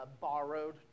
borrowed